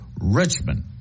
richmond